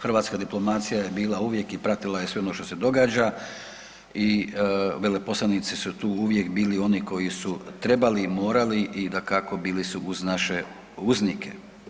Hrvatska diplomacija je bila uvijek i pratila je ono što se događa i veleposlanici su tu uvijek bili oni koji su trebali i morali i dakako bili su uz naše uznike.